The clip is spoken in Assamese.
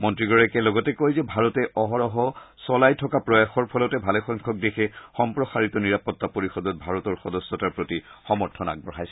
মন্ত্ৰীগৰাকীয়ে লগতে কয় যে ভাৰতে অহৰহ চলাই থকা প্ৰয়াসৰ ফলতে ভালেসংখ্যক দেশে সম্প্ৰসাৰিত নিৰাপত্তা পৰিষদত ভাৰতৰ সদস্যতাৰ প্ৰতি সমৰ্থন আগবঢ়াইছে